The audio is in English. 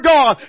God